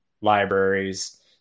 libraries